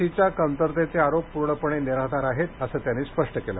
लसीच्या कमतरतेचे आरोप पूर्णपणे निराधार आहेत असं त्यांनी स्पष्ट केलं